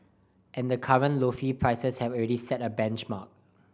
and the current lofty prices have already set a benchmark